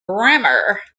grammar